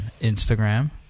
Instagram